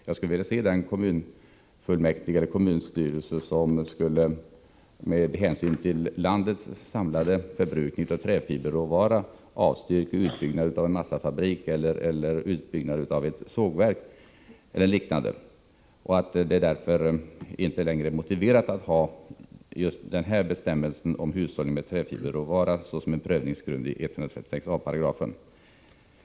Jag skulle vilja se den kommunstyrelse som med hänsyn till landets samlade förbrukning av träfiberråvara avstyrker utbyggnaden av en massafabrik eller ett sågverk. Det är därför inte längre motiverat att ha just denna bestämmelse om hushållning med träfiberråvara som en prövningsgrund i 136a§.